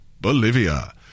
Bolivia